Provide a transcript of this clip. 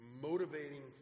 motivating